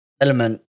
element